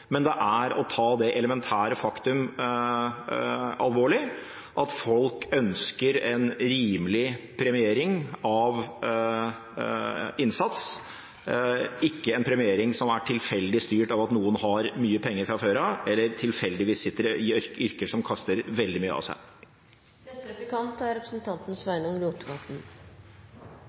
men det er å ta det elementære faktum alvorlig at folk ønsker en rimelig premiering av innsats, ikke en premiering som er tilfeldig styrt av at noen har mye penger fra før av eller tilfeldigvis sitter i yrker som kaster veldig mye av seg.